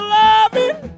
loving